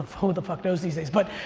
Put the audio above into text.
who the fuck knows these days, but,